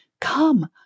Come